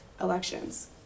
elections